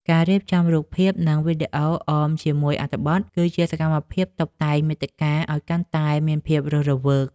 ការរៀបចំរូបភាព និងវីដេអូអមជាមួយអត្ថបទ គឺជាសកម្មភាពតុបតែងមាតិកាឱ្យកាន់តែមានភាពរស់រវើក។